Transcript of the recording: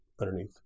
underneath